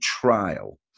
trial